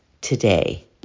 today